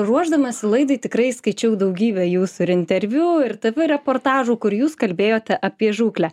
ruošdamasi laidai tikrai skaičiau daugybę jūsų ir interviu ir tv reportažų kur jūs kalbėjote apie žūklę